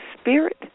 spirit